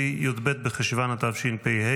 י"ב בחשוון התשפ"ה,